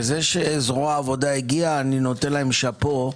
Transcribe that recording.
זה שזרוע העבודה הגיעו אני נותן להם שאפו.